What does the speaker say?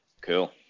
Cool